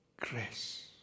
grace